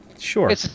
Sure